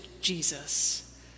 Jesus